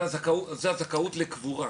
זו הזכאות לקבורה,